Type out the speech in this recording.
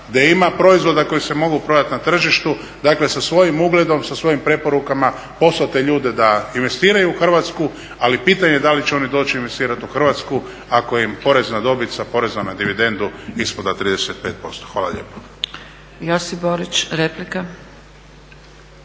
gdje ima proizvoda koji se mogu prodati na tržištu, dakle sa svojim ugledom, sa svojim preporukama poslati te ljude da investiraju u Hrvatsku. Ali pitanje je da li će oni doći investirati u Hrvatsku ako im porez na dobit sa poreza na dividendu ispada 35%. Hvala lijepo. **Zgrebec, Dragica